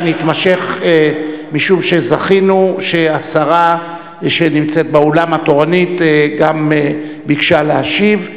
שנתמשך משום שזכינו שהשרה התורנית שנמצאת באולם ביקשה להשיב,